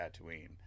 Tatooine